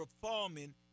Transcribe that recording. performing